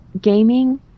gaming